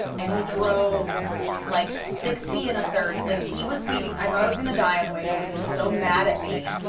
and he drove like sixty in a thirty. like he was speeding. i thought i was gonna die on the way home cause he was so mad at me.